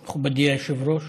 היושב-ראש.